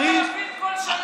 9,000 כל שנה, זוגות.